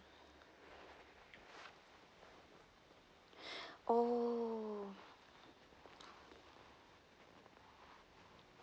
oh